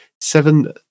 seven